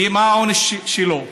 ומה העונש שלו?